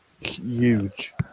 huge